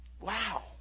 Wow